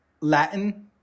Latin